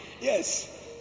yes